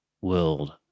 world